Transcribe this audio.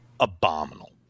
Abominable